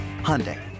Hyundai